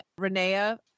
Renea